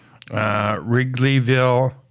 Wrigleyville